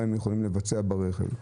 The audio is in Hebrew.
מה הם יכולים לבצע ברכב.